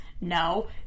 No